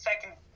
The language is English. second